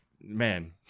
man